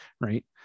right